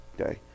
Okay